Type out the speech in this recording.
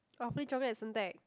awfully-chocolate at Suntec